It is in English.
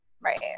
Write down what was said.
Right